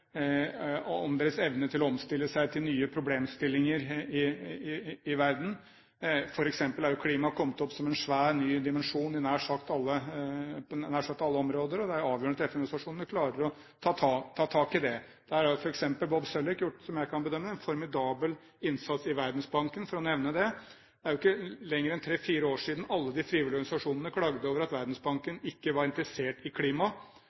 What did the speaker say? og av deres evne til å omstille seg til nye problemstillinger i verden. For eksempel er jo klimaet kommet opp som en svær, ny dimensjon på nær sagt alle områder, og det er avgjørende at FN-organisasjonene klarer å ta tak i det. Der har f.eks. Robert Zoellick, etter det jeg kan bedømme, gjort en formidabel innsats i Verdensbanken, for å nevne det. Det er jo ikke lenger enn tre–fire år siden alle de frivillige organisasjonene klaget over at Verdensbanken ikke var interessert i